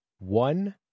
One